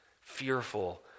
fearful